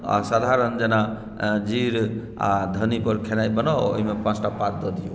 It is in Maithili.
आ साधारण जेना जीर आ धनि पर खेनाइ बनाउ आ ओहिमे पाँचटा पात दऽ दियौ